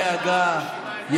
אל דאגה,